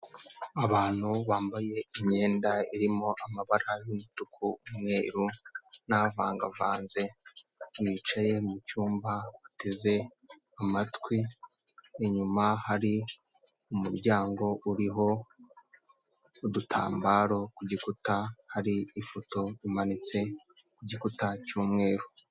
Abantu bambaye imyenda irimo amabara y'umutuku n'umweru n'avangavanze, bicaye mu cyumba bateze amatwi inyuma hari umuryango uriho udutambaro ku gikuta hari ifoto imanitse ku gikuta cy'umweru.